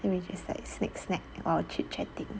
which is like snack snack while chit chatting